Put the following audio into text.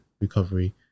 recovery